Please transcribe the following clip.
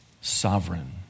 Sovereign